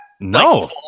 No